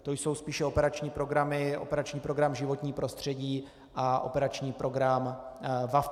To jsou spíše operační programy operační program Životní prostředí a operační program VaVpI.